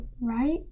right